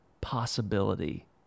possibility